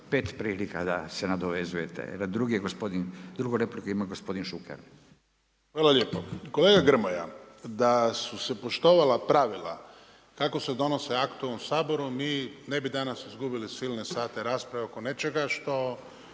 replika da se nadovezujete. Drugi je gospodin, drugu repliku ima gospodin Šuker. **Šuker, Ivan (HDZ)** Hvala lijepa. Kolega Grmoja, da su se poštovala pravila kako se donose akti u ovom Saboru mi ne bi danas izgubili silne sate rasprave oko nečega što